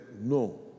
no